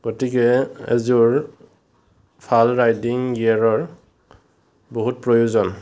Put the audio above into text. গতিকে এযোৰ ভাল ৰাইডিং গিয়েৰৰ বহুত প্ৰয়োজন